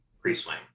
pre-swing